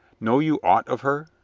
know you aught of her?